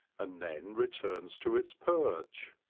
and then returns to its perch.